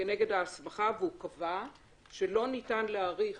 כנגד ההסמכה והוא קבע שלא ניתן להאריך